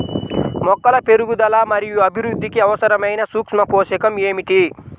మొక్కల పెరుగుదల మరియు అభివృద్ధికి అవసరమైన సూక్ష్మ పోషకం ఏమిటి?